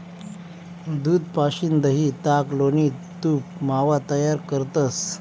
दूध पाशीन दही, ताक, लोणी, तूप, मावा तयार करतंस